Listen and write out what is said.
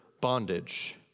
bondage